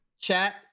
chat